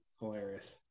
Hilarious